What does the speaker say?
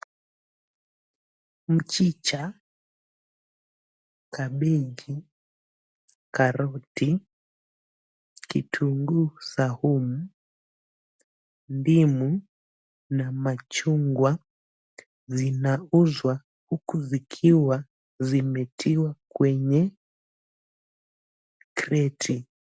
Mchicha, kabechi, karoti, kitunguu saumu, ndimu na machunga zinauzwa huku zikiwa zimetiwa kwenye kreti.